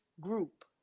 group